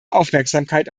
aufmerksamkeit